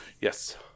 Yes